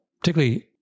particularly